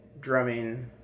drumming